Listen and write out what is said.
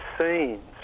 scenes